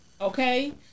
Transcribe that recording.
Okay